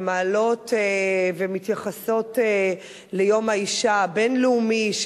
ומעלות ומתייחסות ליום האשה הבין-לאומי,